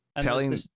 Telling